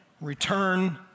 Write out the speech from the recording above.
return